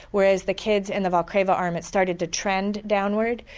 whereas the kids in the vulcravo arm, it started to trend downward.